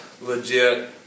legit